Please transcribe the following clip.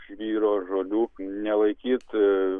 žvyro žolių nelaikyt